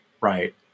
right